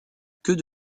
queue